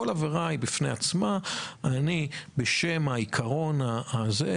כל עבירה היא בפני עצמה ובשם עיקרון כך וכך,